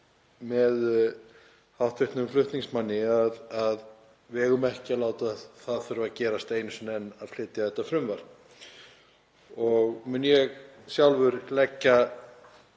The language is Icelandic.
með hv. flutningsmanni, við eigum ekki að láta það þurfa að gerast einu sinni enn að flytja þetta mál. Mun ég sjálfur leggja